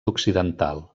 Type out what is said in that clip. occidental